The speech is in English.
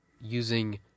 using